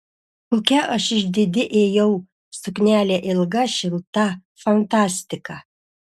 kokia aš išdidi ėjau suknelė ilga šilta fantastika